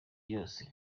yose